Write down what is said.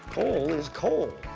coal is coal.